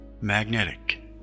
magnetic